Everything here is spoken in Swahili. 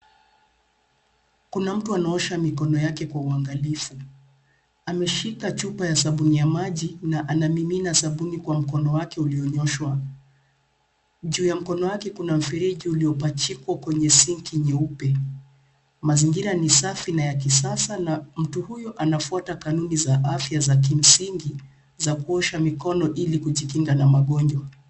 Kuna mtu anaosha mikono yake kwa uangalifu ameshika chupa ya sabuni ya maji na anamimina sabuni kwa mkono wake ulionyooshwa, juu ya mkono wake kuna mfereji uliopachikwa kwenye sinki nyeupe mazingira ni safi na ya kisasa na mtu huyo anafuata kanuni za afya za kimsingi za kuosha mikono ili kujikinga na magonjwa.